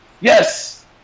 Yes